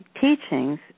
teachings